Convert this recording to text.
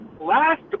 Last